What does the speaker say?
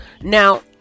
Now